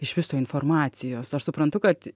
iš viso informacijos aš suprantu kad